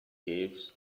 caves